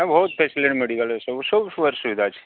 ଆଉ ବହୁ facility medical ସବୁ ସୁବିଧା ଅଛି